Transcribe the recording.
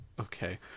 Okay